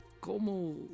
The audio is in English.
como